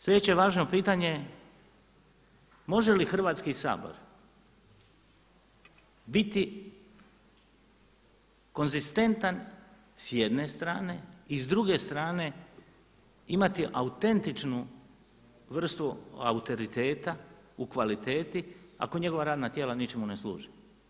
Sljedeće važno pitanje, može li Hrvatski sabor biti konzistentan s jedne strane i s druge strane imati autentičnu vrstu autoriteta u kvaliteti ako njegova radna tijela ničemu ne služe?